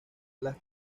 las